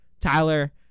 Tyler